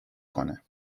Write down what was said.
کنه